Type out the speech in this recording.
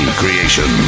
creation